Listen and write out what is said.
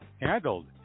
handled